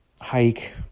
hike